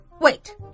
Wait